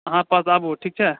अहाँ बताबु ठीक छै